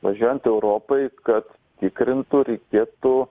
važiuojant europoj kad tikrintų reikėtų